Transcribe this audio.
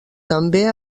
també